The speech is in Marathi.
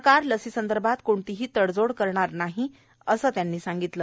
सरकार लसीसंदर्भात कोणतीही तडजोड करणार नाही असं त्यांनी सांगितलं